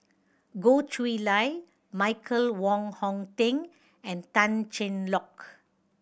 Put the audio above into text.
Goh Chiew Lye Michael Wong Hong Teng and Tan Cheng Lock